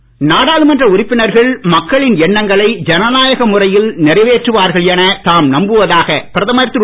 மோடி நாடாளுமன்ற உறுப்பினர்கள் மக்களின் எண்ணங்களை ஜனநாயக முறையில் நிறைவேற்றுவார்கள் என தாம் நம்புவதாக பிரதமர் திரு